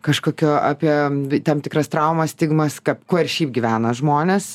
kažkokio apie tam tikras traumas stigmas kaip kuo ir šiaip gyvena žmonės